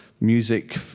music